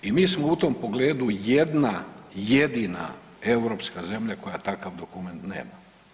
I mi smo u tom pogledu jedna jedina europska zemlja koja takva dokument nema.